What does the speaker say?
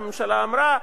הממשלה אמרה.